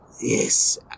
Yes